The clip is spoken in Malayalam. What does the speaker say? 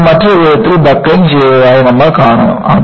കൂടാതെ ഇത് മറ്റൊരു വിധത്തിൽ ബക്ക്ലിംഗ് ചെയ്തതായി നമ്മൾ കാണുന്നു